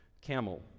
camel